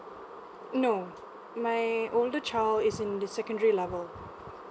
no my older child is in the secondary level